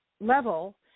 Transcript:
level